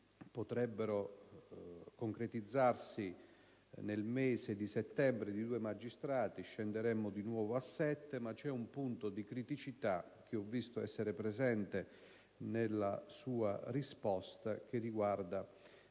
potrebbero concretizzarsi nel mese di settembre di due magistrati (scenderemmo di nuovo a sette unità). C'è poi un punto di criticità, che ho visto presente nella sua risposta, che riguarda